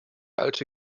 alte